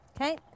Okay